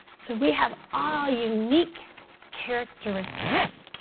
so we have all unique characteristics.